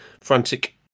frantic